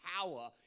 power